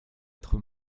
être